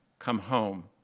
come home.